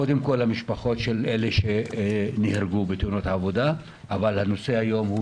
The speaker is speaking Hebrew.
קודם כול המשפחות של אלה שנהרגו בתאונות עבודה אבל הנושא היום הוא